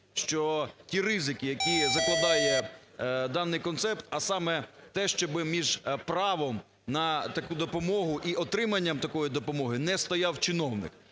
що ті ризики, які закладає даний концепт, а саме те, щоби між правом на таку допомогу і отриманням такої допомоги не стояв чиновник,